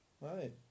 Right